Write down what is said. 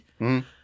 -hmm